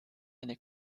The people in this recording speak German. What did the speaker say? eine